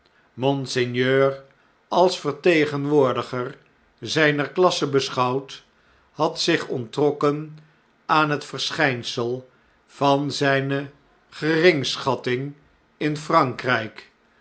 monseigneur als vertegenwoordiger zn'ner klasse beschouwd had zich onttrokken aan het verschh'nsel van zu'ne geringschatting in frankr